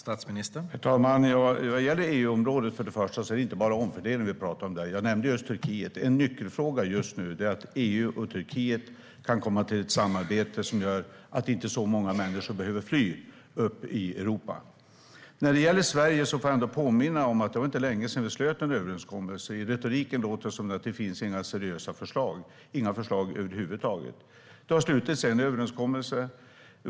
Herr talman! Vad gäller EU-området är det inte bara omfördelning vi talar om där. Jag nämnde nyss Turkiet. En nyckelfråga just nu är att EU och Turkiet kan komma fram till ett samarbete som gör att inte så många människor behöver fly upp i Europa. När det gäller Sverige vill jag påminna om att det inte var länge sedan vi slöt en överenskommelse. På retoriken låter det som om det inte finns några seriösa förslag eller några förslag över huvud taget. Det har slutits en överenskommelse.